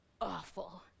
awful